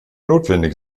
notwendig